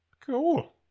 cool